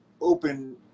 open